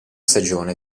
stagione